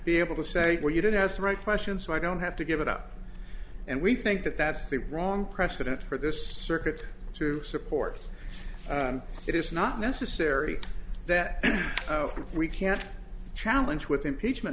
be able to say well you don't have the right questions so i don't have to give it up and we think that that's the wrong precedent for this circuit to support it is not necessary that we can't challenge with impeachment